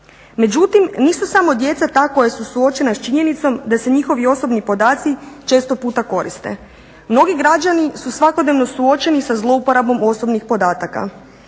Međutim, nisu samo djeca ta koja su suočena s činjenicom da se njihovi osobni podaci često puta koriste. Mnogi građani su svakodnevno suočeni sa zlouporabom osobnih podataka.